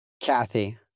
Kathy